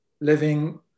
living